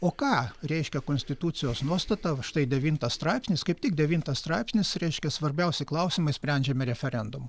o ką reiškia konstitucijos nuostata štai devintas straipsnis kaip tik devintas straipsnis reiškia svarbiausi klausimai sprendžiami referendumu